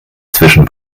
zwischen